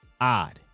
odd